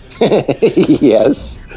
Yes